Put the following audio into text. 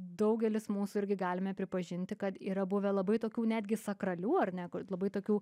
daugelis mūsų irgi galime pripažinti kad yra buvę labai tokių netgi sakralių ar ne labai tokių